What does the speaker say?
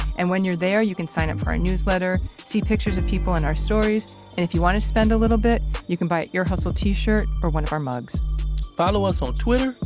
and when you're there, you can sign up for our newsletter, see pictures of people in our stories, and if you wanna spend a little bit, you can buy an ear hustle t-shirt or one of our mugs follow us on twitter,